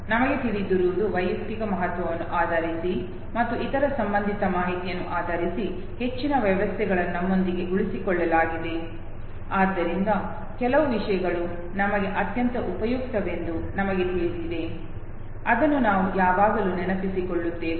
ನಮಗೆ ತಿಳಿದಿರುವುದು ವೈಯಕ್ತಿಕ ಮಹತ್ವವನ್ನು ಆಧರಿಸಿ ಮತ್ತು ಇತರ ಸಂಬಂಧಿತ ಮಾಹಿತಿಯನ್ನು ಆಧರಿಸಿ ಹೆಚ್ಚಿನ ವಿಷಯಗಳನ್ನು ನಮ್ಮೊಂದಿಗೆ ಉಳಿಸಿಕೊಳ್ಳಲಾಗಿದೆ ಆದ್ದರಿಂದ ಕೆಲವು ವಿಷಯಗಳು ನಮಗೆ ಅತ್ಯಂತ ಉಪಯುಕ್ತವೆಂದು ನಮಗೆ ತಿಳಿದಿದೆ ಅದನ್ನು ನಾವು ಯಾವಾಗಲೂ ನೆನಪಿಸಿಕೊಳ್ಳುತ್ತೇವೆ